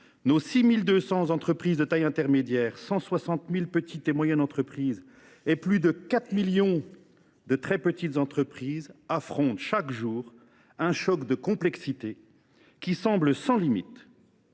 nos 6 200 entreprises de taille intermédiaire (ETI), 160 000 petites et moyennes entreprises (PME) et plus de 4 millions de très petites entreprises (TPE) font face chaque jour à un degré de complexité qui semble sans limites.